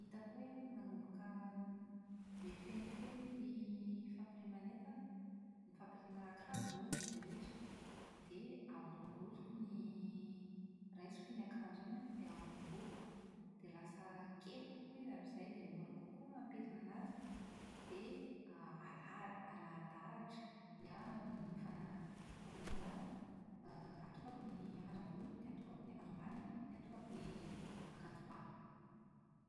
hitako hoe manomboka mihafenofeno ny fampirimana entana, ny fampirimana akanjo moa indrindra indrindra, dia ahorongoroko ny raisiko iny akanjo iny ah, dia ahorongoroko, dia lasa kely kokoa izy amin'izay dia mora kokoa ny mampirina azy, dia alaha- alahadahatra. Ny ahy ny fana- fampirimako an'azy an, atokako ny akanjo ambony, dia atokako ny akanjo ambany an, dia atokako ny akanjo bà.